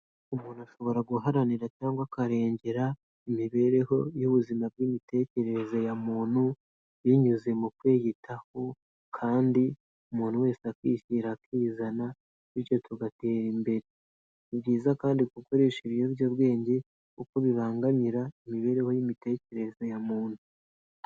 Umuntu ashobora guharanira cyangwa akarengera imibereho y'ubuzima bw'imitekerereze ya muntu, binyuze mu kwiyitaho kandi umuntu wese akishyira akizana bityo tugatera imbere. Ni byiza kandi gukoresha ibiyobyabwenge kuko bibangamira imibereho y'imitekerereze ya muntu.